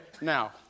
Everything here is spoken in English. now